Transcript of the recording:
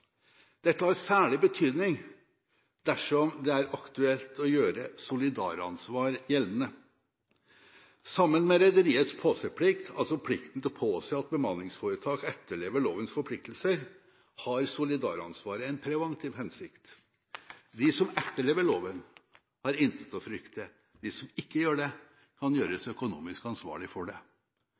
Dette har særlig betydning dersom det er aktuelt å gjøre solidaransvar gjeldende. Sammen med rederiets «påse-plikt», altså plikten til å påse at bemanningsforetak etterlever lovens forpliktelser, har solidaransvaret en preventiv hensikt. De som etterlever loven, har intet å frykte. De som ikke gjør det, kan gjøres økonomisk ansvarlig for det.